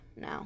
now